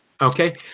Okay